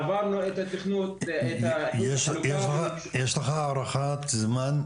עברנו את התכנון --- יש לה הערכת זמן?